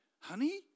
honey